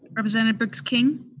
representative briggs king?